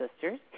sisters